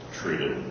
treated